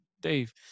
Dave